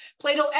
Plato